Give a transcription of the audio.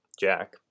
Jack